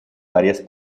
varias